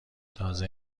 تازه